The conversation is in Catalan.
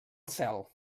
cel